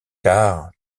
car